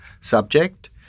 subject